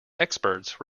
experts